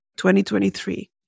2023